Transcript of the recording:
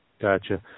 Gotcha